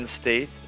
State